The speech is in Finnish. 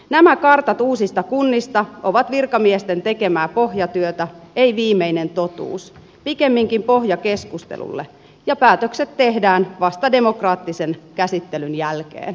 nämä kartat uusista kunnista ovat virkamiesten tekemää pohjatyötä eivät viimeinen totuus pikemminkin pohja keskustelulle ja päätökset tehdään vasta demokraattisen käsittelyn jälkeen